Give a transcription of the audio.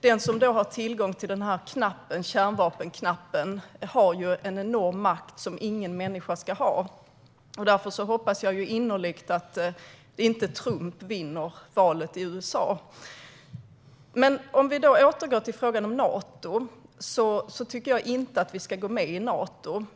Den som har tillgång till kärnvapenknappen har ju en sådan enorm makt som ingen människa ska ha. Därför hoppas jag innerligt att Trump inte vinner valet i USA. Låt mig återgå till frågan om Nato: Jag tycker inte att vi ska gå med där.